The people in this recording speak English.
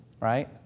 right